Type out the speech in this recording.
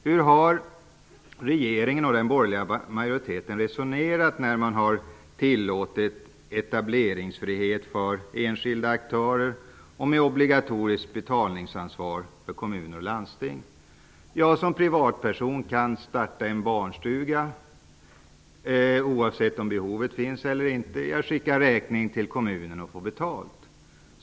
Hur har regeringen och den borgerliga majoriteten resonerat när man har tillåtit etableringsfrihet för enskilda aktörer med obligatoriskt betalningsansvar för kommuner och landsting? Som privatperson kan jag starta en barnstuga oavsett om behovet finns eller inte. Jag skickar sedan räkningen till kommunen och får betalt.